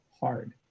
hard